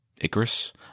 Icarus